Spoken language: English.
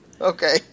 Okay